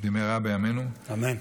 במהרה בימינו, אמן.